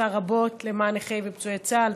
שעושה רבות למען נכי ופצועי צה"ל,